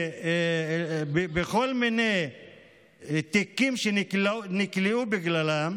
בגלל כל מיני תיקים שנכלאו בגללם,